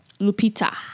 Lupita